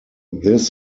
this